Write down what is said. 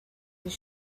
his